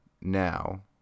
now